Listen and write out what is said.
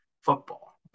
Football